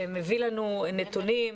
שמביא לנו נתונים,